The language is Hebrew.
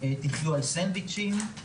תחיו על סנדוויצ'ים,